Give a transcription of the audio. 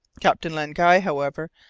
captain len guy, however,